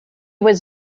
was